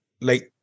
late